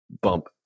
bump